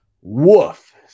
Woof